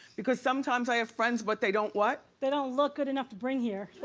because sometimes i have friends but they don't what? they don't look good enough to bring here.